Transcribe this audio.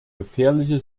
gefährliche